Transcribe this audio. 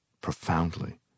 profoundly